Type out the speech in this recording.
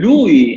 Lui